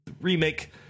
remake